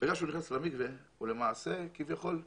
שהוא נכנס למקווה הוא כביכול נעדר,